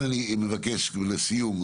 לסיום,